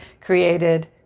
created